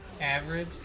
average